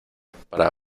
para